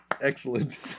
Excellent